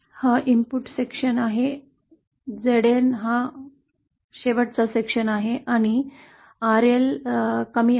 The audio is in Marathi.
हा इनपुट विभाग Zn शेवटचा विभाग आहे आणि RL कमी आहे